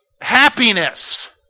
happiness